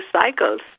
cycles